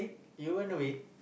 you ran away